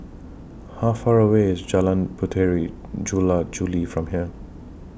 How Far away IS Jalan Puteri Jula Juli from here